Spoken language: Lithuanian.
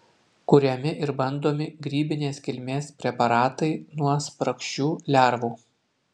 kuriami ir bandomi grybinės kilmės preparatai nuo spragšių lervų